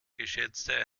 geschätzte